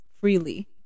freely